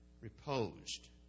reposed